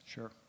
Sure